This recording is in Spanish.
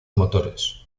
motores